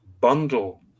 bundle